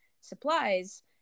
supplies